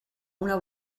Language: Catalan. una